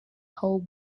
whole